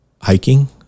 hiking